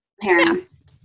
parents